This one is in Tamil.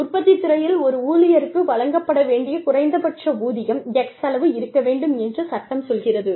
உற்பத்தித் துறையில் ஒரு ஊழியருக்கு வழங்கப்பட வேண்டிய குறைந்தபட்ச ஊதியம் x அளவு இருக்க வேண்டும் என்று சட்டம் சொல்கிறது